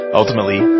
ultimately